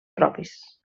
propis